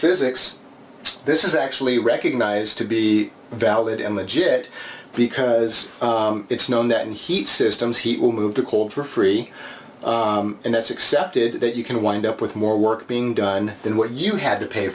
physics this is actually recognized to be valid and legit because it's known that heat systems heat will move to cold for free and that's accepted that you can wind up with more work being done in what you had to pay